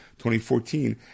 2014